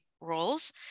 roles